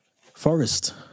Forest